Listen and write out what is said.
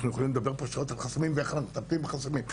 אנחנו יכולים לדבר פה שעות על חסמים ואיך אנחנו מטפלים בחסמים,